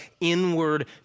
inward